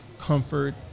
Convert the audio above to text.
Comfort